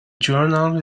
journal